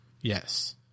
Yes